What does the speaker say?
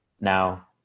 Now